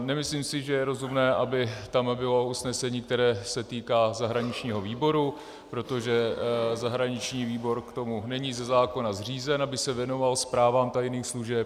Nemyslím si, že je rozumné, aby tam bylo usnesení, které se týká zahraničního výboru, protože zahraniční výbor k tomu není ze zákona zřízen, aby se věnoval zprávám tajných služeb.